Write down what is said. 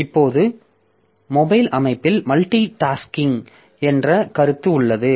இப்போது மொபைல் அமைப்பில் multitasking என்ற கருத்து உள்ளது